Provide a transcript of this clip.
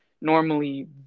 normally